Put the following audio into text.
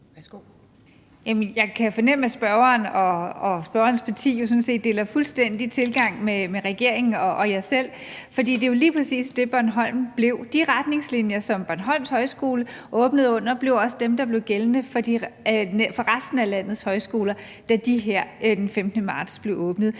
Jeg kan fornemme, at spørgeren og spørgerens parti jo sådan set fuldstændig deler tilgangen med regeringen og med mig selv. For det er jo lige præcis det, som Bornholm blev. De retningslinjer, som Bornholms Højskole blev åbnet under, blev også dem, der blev gældende for resten af landets højskoler, da de her den 15. marts blev åbnet.